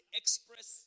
express